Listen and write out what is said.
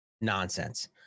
nonsense